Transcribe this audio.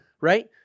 right